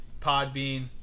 Podbean